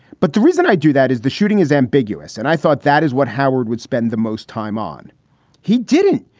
but the reason i do that is the shooting is ambiguous. and i thought that is what howard would spend the most time on he didn't.